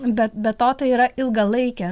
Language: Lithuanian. be be to tai yra ilgalaikė